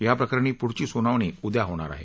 या प्रकरणी पुढची सुनावणी उद्या होणार आहे